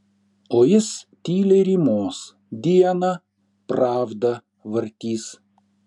o jis tyliai rymos dieną pravdą vartys